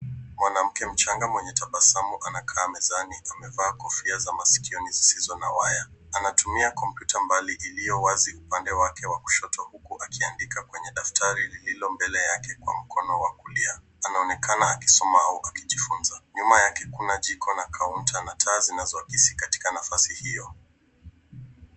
Mwanamke mchanga mwenye tabasamu anakaa mezani amevaa kofia za maskioni zisizo na waya. Anatumia kompyuta mbali iliyowazi upande wake wa kushoto hukua akiandika kwenye daftari lililo mbele yake kwa mkono wa kulia. Anaonekana akisoma au akijifunza. Nyuma yake kuna jiko na kaunta na taa zinazoakisi katika nafasi hiyo.